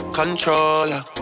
controller